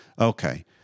okay